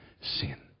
sin